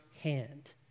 hand